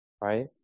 right